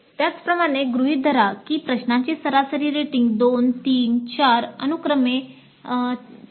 त्याचप्रमाणे गृहीत धरा की प्रश्नांची सरासरी रेटिंग 2 3 आणि 4 अनुक्रमे अनुक्रमे 4